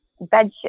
bed